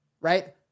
right